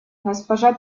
госпожа